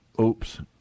oops